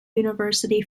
university